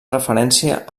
referència